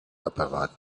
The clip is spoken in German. apparat